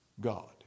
God